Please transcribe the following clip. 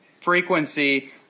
frequency